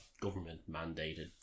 government-mandated